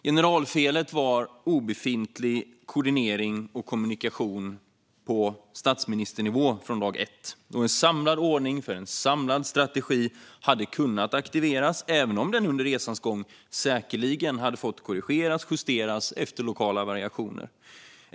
Generalfelet var obefintlig koordinering och kommunikation på statsministernivå från dag ett, då en samlad ordning för en samlad strategi hade kunnat aktiveras, även om den under resans gång säkerligen hade fått korrigeras och justeras efter lokala variationer.